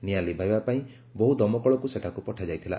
ନିଆଁ ଲିଭାଇବା ପାଇଁ ବହୁ ଦମକଳକୁ ସେଠାକୁ ପଠାଯାଇଥିଲା